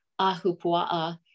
Ahupua'a